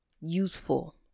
useful